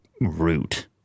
root